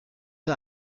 für